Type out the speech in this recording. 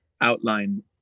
outline